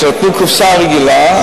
שנתנו קופסה רגילה,